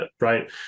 Right